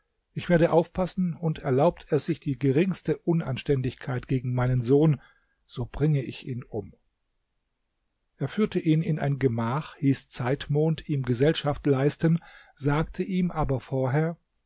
ich werde aufpassen und erlaubt er sich die geringste unanständigkeit gegen meinen sohn so bringe ich ihn um er führte ihn in ein gemach hieß zeitmond ihm gesellschaft leisten sagte ihm aber vorher